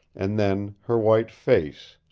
and then her white face,